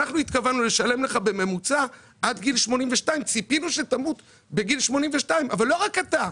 אנחנו התכוונו לשלם לך בממוצע עד גיל 82. ציפינו שתמות בגיל 82. אבל לא רק אתה,